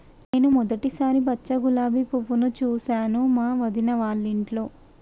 నేను మొదటిసారి పచ్చ గులాబీ పువ్వును చూసాను మా వదిన వాళ్ళింట్లో